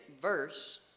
verse